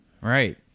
Right